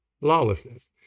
Lawlessness